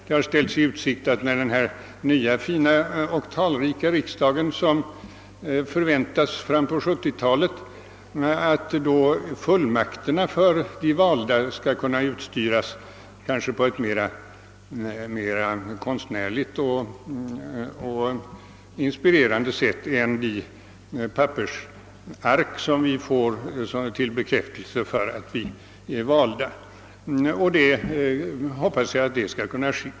Det har ställts i utsikt att när den nya, fina och talrika riksdagen förväntas fram på 1970-talet fullmakterna för de valda kanske skulle kunna utstyras på ett mera konstnärligt och inspirerande sätt än de pappersark som vi nu får som bekräftelse på att vi är valda. Jag hoppas att det också skall kunna ske.